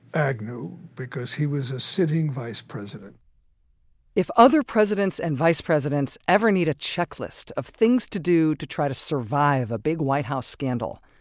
agnew because he was a sitting vice president if other presidents and vice presidents ever need a checklist of things to do to try to survive a big white house scandal,